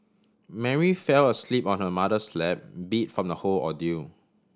Mary fell asleep on her mother's lap beat from the whole ordeal